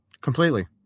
Completely